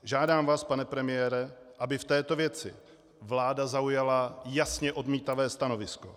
Žádám vás, pane premiére, aby v této věci vláda zaujala jasně odmítavé stanovisko.